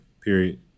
Period